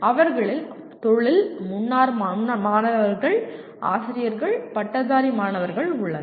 அவர்களில் தொழில் முன்னாள் மாணவர்கள் ஆசிரியர்கள் பட்டதாரி மாணவர்கள் உள்ளனர்